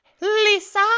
Lisa